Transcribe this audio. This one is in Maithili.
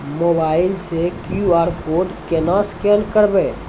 मोबाइल से क्यू.आर कोड केना स्कैन करबै?